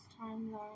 time